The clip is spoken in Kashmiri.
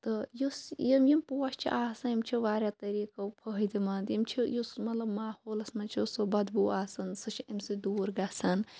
تہٕ یُس یِم یِم پوش چھِ آسان یِم چھِ واریاہو طٔریقو فٲیِدٕ مَند یِم چھِ یُس مطلب سُہ ماحولَس مَنٛز چھُ سُہ بَدبو آسان سُہ چھِ اَمہِ سۭتۍ دور گَژھان